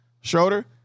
Schroeder